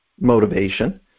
motivation